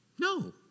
No